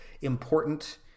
important